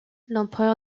l’empereur